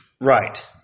Right